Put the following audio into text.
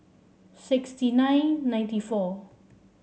sixty nine ninety four